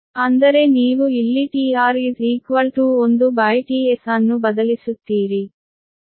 ಅಂದರೆ ನೀವು ಇಲ್ಲಿ tR1tS ಅನ್ನು ಬದಲಿಸುತ್ತೀರಿ